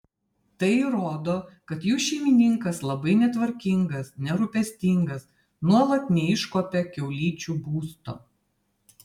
tai rodo kad jų šeimininkas labai netvarkingas nerūpestingas nuolat neiškuopia kiaulyčių būsto